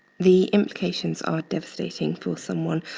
the implications are devastating for someone,